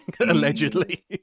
allegedly